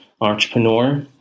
entrepreneur